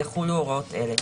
יחולו הוראות אלה: